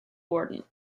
warden